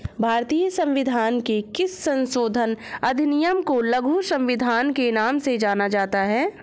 भारतीय संविधान के किस संशोधन अधिनियम को लघु संविधान के नाम से जाना जाता है?